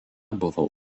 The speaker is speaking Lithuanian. buvo